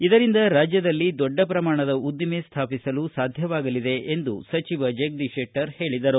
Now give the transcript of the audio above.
ಇದರಿಂದ ರಾಜ್ಯದಲ್ಲಿ ದೊಡ್ಡ ಪ್ರಮಾಣದ ಉದ್ದಿಮೆ ಸ್ಟಾಪಿಸಲು ಸಾಧ್ಯವಾಗಲಿದೆ ಎಂದು ಜಗದೀಶ ಶೆಟ್ಟರ್ ಹೇಳಿದರು